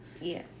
Yes